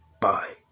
Bye